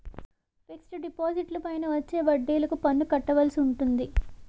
fixed డిపాజిట్లపైన వచ్చే వడ్డిలకు పన్ను కట్టవలసి ఉంటాది